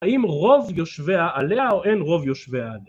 האם רוב יושביה עליה או אין רוב יושביה עליה?